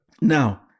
Now